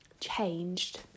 changed